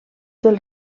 del